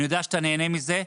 אני יודע שאתה נהנה מזה.